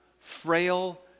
frail